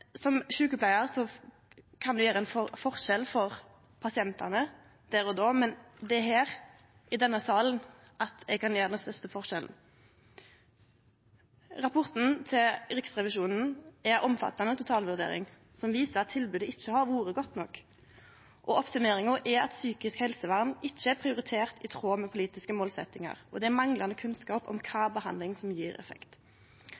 der og då, men det er her i denne salen eg kan gjere den største forskjellen. Rapporten til Riksrevisjonen er ei omfattande totalvurdering som viser at tilbodet ikkje har vore godt nok. Oppsummeringa er at psykisk helsevern ikkje er prioritert i tråd med politiske målsettingar, og det er manglande kunnskap om